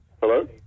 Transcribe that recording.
Hello